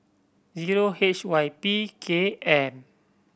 zero H Y P K M